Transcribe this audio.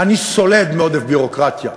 אני סולד מעודף ביורוקרטיה.